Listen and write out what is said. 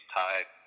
tied